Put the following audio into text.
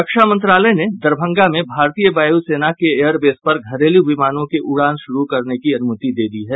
रक्षा मंत्रालय ने दरभंगा में भारतीय वायुसेना के एयरबेस पर घरेलू विमानों के उड़ान शुरू करने की अनुमति दे दी है